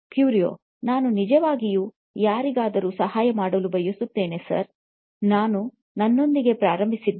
ಕ್ಯೂರಿಯೊ ನಾನು ನಿಜವಾಗಿಯೂ ಯಾರಿಗಾದರೂ ಸಹಾಯ ಮಾಡಲು ಬಯಸಿದ್ದೇನೆ ಸರ್ ನಾನು ನನ್ನೊಂದಿಗೆ ಪ್ರಾರಂಭಿಸಿದೆ